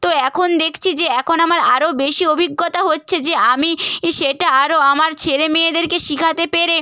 তো এখন দেখছি যে এখন আমার আরও বেশি অভিজ্ঞতা হচ্ছে যে আমি ই সেটা আরও আমার ছেলে মেয়েদেরকে শেখাতে পেরে